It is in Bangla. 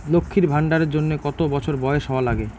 লক্ষী ভান্ডার এর জন্যে কতো বছর বয়স হওয়া লাগে?